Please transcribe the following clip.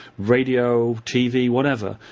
radio, tv, whatever.